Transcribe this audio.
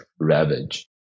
ravage